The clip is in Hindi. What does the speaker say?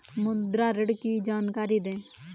मुद्रा ऋण की जानकारी दें?